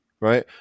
right